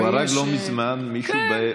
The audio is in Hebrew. הוא הרג לא מזמן מישהו ברכב אוטונומי,